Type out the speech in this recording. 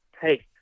hey